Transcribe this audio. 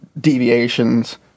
deviations